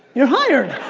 you're hired!